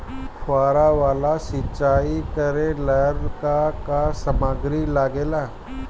फ़ुहारा वाला सिचाई करे लर का का समाग्री लागे ला?